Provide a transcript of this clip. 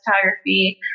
photography